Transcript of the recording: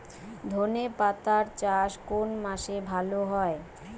ধনেপাতার চাষ কোন মাসে ভালো হয়?